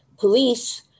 Police